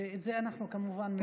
ועל זה אנחנו כמובן מברכים.